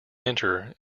enter